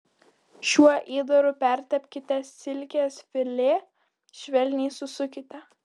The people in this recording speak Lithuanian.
šiuo įdaru pertepkite silkės filė švelniai susukite